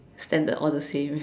standard all the same